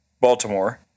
Baltimore